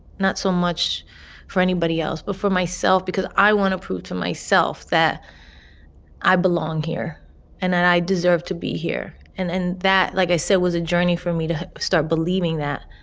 not so much for anybody else but for myself because i want to prove to myself that i belong here and that i deserve to be here. and and that, like i said, was a journey for me to start believing that.